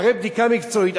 אחרי בדיקה מקצועית,